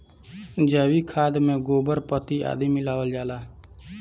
जैविक खाद में गोबर, पत्ती आदि मिलावल जाला